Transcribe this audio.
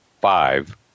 five